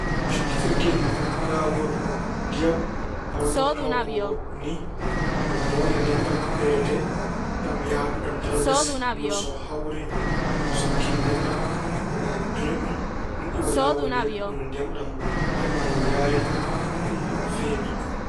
Cukkitirgel laawol ndiyam gollorto ko ni. Ko doole ndiyam ɗam ɓeydete, ɗam yaha dow, ɗam tello les. Ni woni so hawri ko sukki ndiyam ɗam duña ɗum. Ɗum iwa laawol ndiyam ɗum ndiyam ɗam heɓa no yahriri no feewiri.